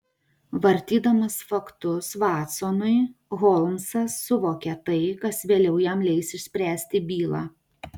vardydamas faktus vatsonui holmsas suvokia tai kas vėliau jam leis išspręsti bylą